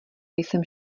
jsem